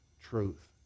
truth